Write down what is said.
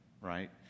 Right